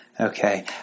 Okay